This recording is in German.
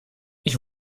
ich